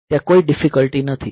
ત્યાં કોઈ ડિફિકલ્ટી નથી